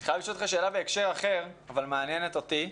אני חייב לשאול אותך שאלה בהקשר אחר שמעניינת אותי.